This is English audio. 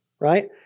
right